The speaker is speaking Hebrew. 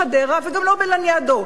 לא בחדרה וגם לא ב"לניאדו".